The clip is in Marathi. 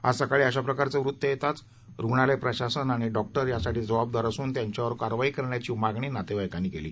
आज सकाळी अशा प्रकारचं वृत्त येताच रुग्णालय प्रशासन आणि डॉक्टर यासाठी जबाबदार असून त्यांच्यावर कारवाई करण्याची मागणी नातेवाईकांनी केली